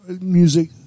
music